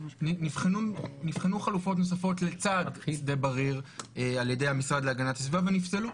נבחנו חלופות נוספות לצד שדה בריר על ידי המשרד להגנת הסביבה ונפסלו,